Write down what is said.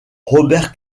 robert